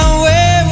away